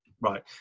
Right